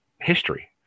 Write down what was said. history